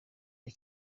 ari